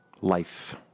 life